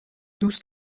دوست